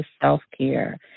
Self-Care